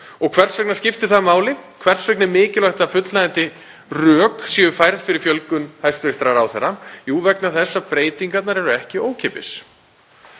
Hvers vegna skiptir það máli? Hvers vegna er mikilvægt að fullnægjandi rök séu færð fyrir fjölgun, hæstv. ráðherra? Jú, vegna þess að breytingarnar eru ekki ókeypis,